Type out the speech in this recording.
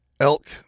elk